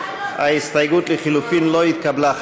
ההסתייגות לחלופין לא התקבלה.